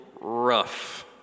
rough